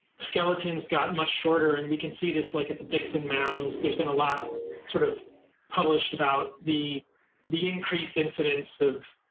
skeletons got much shorter, and we can see this like at the dixon mounds, there's been a lot sort of published about the the increased incidence of